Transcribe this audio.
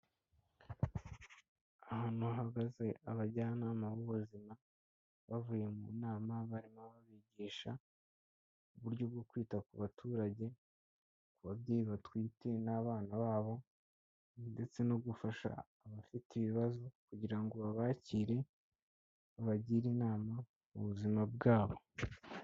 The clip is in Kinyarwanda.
Ahantu hahagaze abajyanama b'ubuzima bavuye mu nama, barimo babigisha uburyo bwo kwita ku baturage, ku babyeyi batwite n'abana babo ndetse no gufasha abafite ibibazo kugira ngo babakire babagire inama mu buzima bwabo.